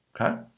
Okay